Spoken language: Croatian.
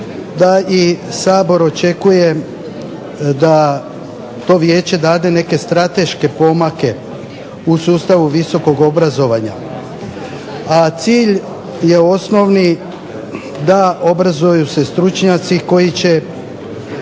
da i Sabor očekuje da to vijeće dade neke strateške pomake u sustavu visokog obrazovanja, a cilj je osnovni da obrazuju se stručnjaci koji će